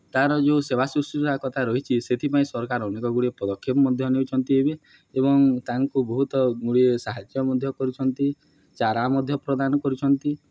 ତା'ର ଯେଉଁ ସେବା ଶୁଶ୍ରୂଷା କଥା ରହିଛି ସେଥିପାଇଁ ସରକାର ଅନେକ ଗୁଡ଼ିଏ ପଦକ୍ଷେପ ମଧ୍ୟ ନେଉଛନ୍ତି ଏବେ ଏବଂ ତାଙ୍କୁ ବହୁତ ଗୁଡ଼ିଏ ସାହାଯ୍ୟ ମଧ୍ୟ କରୁଛନ୍ତି ଚାରା ମଧ୍ୟ ପ୍ରଦାନ କରୁଛନ୍ତି